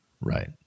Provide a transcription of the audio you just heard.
Right